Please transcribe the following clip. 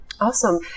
Awesome